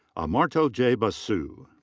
amartyo j. basu.